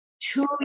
Two